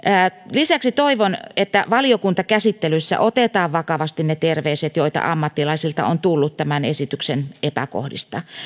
lisäksi toivon että valiokuntakäsittelyssä otetaan vakavasti ne terveiset joita ammattilaisilta on tullut tämän esityksen epäkohdista